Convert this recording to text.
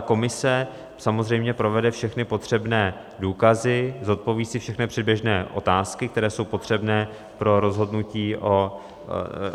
Komise samozřejmě provede všechny potřebné důkazy, zodpoví si všechny předběžné otázky, které jsou potřebné pro rozhodnutí